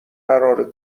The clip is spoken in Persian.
قرار